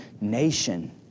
nation